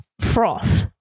froth